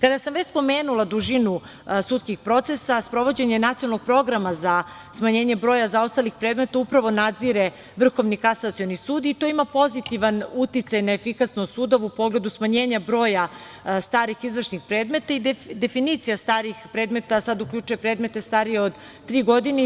Kada sam već spomenula dužinu sudskih procesa, sprovođenje Nacionalnog programa za smanjenje broja zaostalih predmeta upravo nadzire Vrhovni kasacioni sud i to ima pozitivan uticaj na efikasnost sudova u pogledu smanjenja broja starih izvršnih predmeta i definicija starih predmeta sada uključuje predmete starije od tri godine.